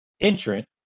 entrant